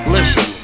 Listen